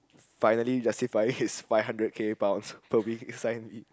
finally justifying his five hundred K pounds per week signing